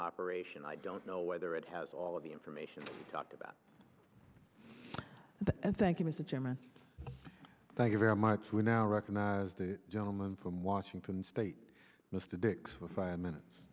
operation i don't know whether it has all of the information talked about and thank you mr chairman thank you very much we now recognize the gentleman from washington state mr dix for five minutes